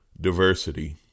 diversity